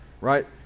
Right